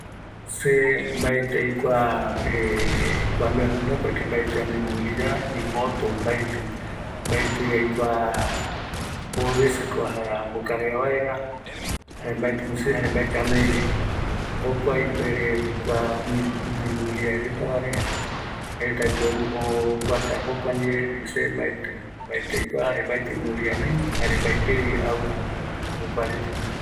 Se mbaeti aikua kua mbaeruanda porque mbaeti anoi kua movilidad ni moto mbaeti, mbaeti aikua mbovi vece ko aja vaera ambo carga vaera jare mbaeti anoi vi jokua ipuere vi kua oime gunoi movilidad retavare jaereta ko oguata jokundie se mbaeti, mbaeti aikua jare mbaeti vi movilidad anoi jare mbaetei agua jokuareta